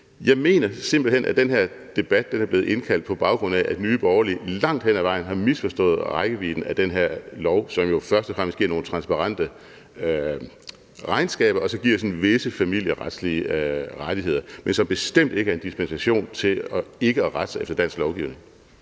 Jeg mener simpelt hen, at den her debat er blevet indkaldt, på baggrund af at Nye Borgerlige langt hen ad vejen har misforstået rækkevidden af den her lov, som jo først og fremmest giver nogle transparente regnskaber og så giver sådan visse familieretlige rettigheder, men som bestemt ikke er en dispensation til ikke at rette sig efter dansk lovgivning.